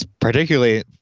particularly